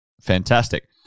fantastic